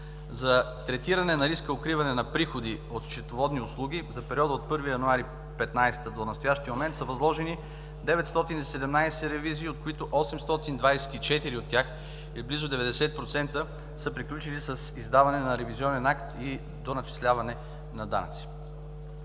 За третиране на риска „укриване на приходи“ от счетоводни услуги за периода от 1 януари 2015 г. до настоящия момент са възложени 917 ревизии, от които 824 от тях или близо 90%, са приключили с издаване на ревизионен акт и доначисляване на данъци.